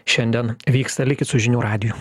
šiandien vyksta likit su žinių radiju